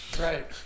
Right